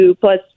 plus